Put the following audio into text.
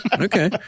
Okay